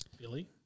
Billy